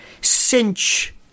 cinch